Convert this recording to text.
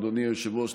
אדוני היושב-ראש,